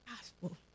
Gospel